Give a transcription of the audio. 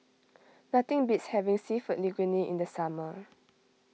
nothing beats having Seafood Linguine in the summer